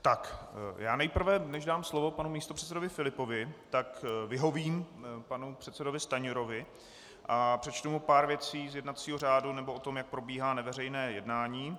Tak já nejprve, než dám slovo panu místopředsedovi Filipovi, vyhovím panu předsedovi Stanjurovi a přečtu mu pár věcí z jednacího řádu, nebo o tom, jak probíhá neveřejné jednání.